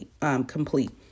complete